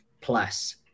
plus